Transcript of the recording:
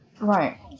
Right